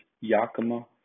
Yakima